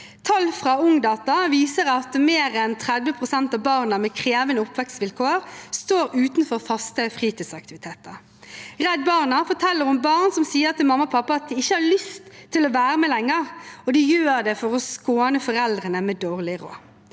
Tall fra Ungdata viser at mer enn 30 pst. av barn med krevende oppvekstsvilkår står utenfor faste fritidsaktiviteter. Redd Barna forteller om barn som sier til mamma og pappa at de ikke lenger har lyst til å være med – og de gjør det for å skåne foreldrene med dårlig råd.